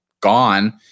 gone